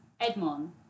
Edmond